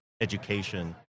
education